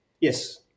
Yes